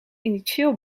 initieel